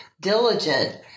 diligent